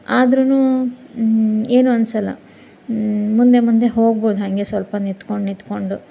ಆದ್ರು ಏನೂ ಅನ್ಸೋಲ್ಲ ಮುಂದೆ ಮುಂದೆ ಹೋಗ್ಬೋದು ಹಾಗೆ ಸ್ವಲ್ಪ ನಿತ್ಕೊಂಡು ನಿತ್ಕೊಂಡು